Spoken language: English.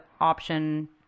option